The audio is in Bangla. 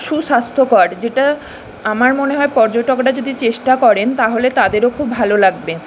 সুস্বাস্থ্যকর যেটা আমার মনে হয় পর্যটকরা যদি চেষ্টা করেন তাহলে তাদেরও খুব ভালো লাগবে